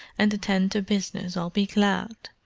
and attend to business, i'll be glad.